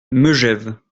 megève